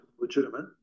legitimate